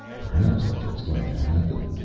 perhaps that's what's going to happen.